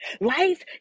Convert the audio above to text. Life